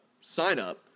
sign-up